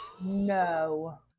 no